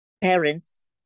parents